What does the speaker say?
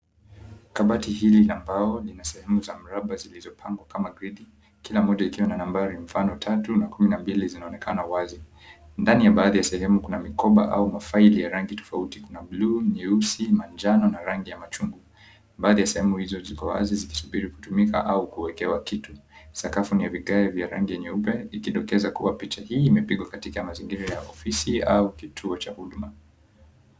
Kabati hili la mbao lina sehemu za mraba zilizopangwa kama gredi, kila moja ikiwa na nambari mfano tatu na kumi na mbili zinaonekana wazi. Ndani ya baadhi ya sehemu kunaonekana kuna mkoba au mafaili ya rangi tofauti, kuna bluu, nyeusi, manjano na rangi ya machungwa baadhi ya sehemu hizo ziko wazi zikisubiri kutumika au kuwekewa kitu. Sakafu ni vigae vya rangi nyeupe ikidokeza kua picha hii imepigwa katika mazingira ya ofisi au kituo cha huduma.